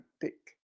take